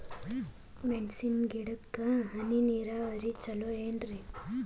ಮೆಣಸಿನ ಗಿಡಕ್ಕ ಹನಿ ನೇರಾವರಿ ಛಲೋ ಏನ್ರಿ?